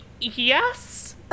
yes